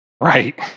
Right